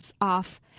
off